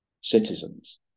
citizens